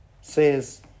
says